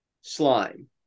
slime